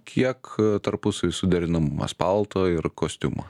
kiek tarpusavy suderinamumas palto ir kostiumo